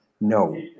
No